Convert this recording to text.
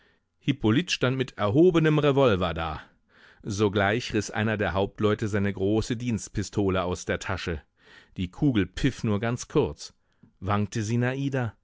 hippolyt stand mit erhobenem revolver da sogleich riß einer der hauptleute seine große dienstpistole aus der tasche die kugel pfiff nur ganz kurz wankte